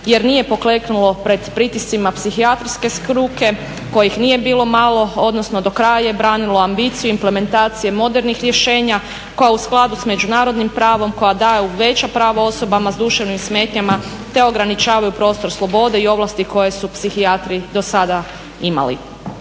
je nije pokleknuo pred pritiscima psihijatrijske struke kojih nije bilo malo, odnosno do kraja je branilo ambiciju, implementacije modernih rješenja kao u skladu sa međunarodnim pravom koja daju veća prava osobama sa duševnim smetnjama te ograničavaju prostor slobode i ovlasti koje su psihijatri do sada imali.